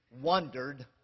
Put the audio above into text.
wondered